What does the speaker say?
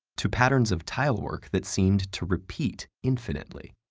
to patterns of tilework that seemed to repeat infinitely,